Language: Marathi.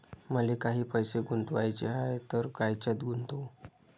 मले काही पैसे गुंतवाचे हाय तर कायच्यात गुंतवू?